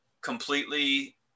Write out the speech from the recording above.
completely